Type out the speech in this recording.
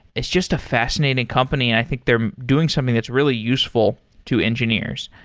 it's just a fascinating company and i think they're doing something that's really useful to engineers.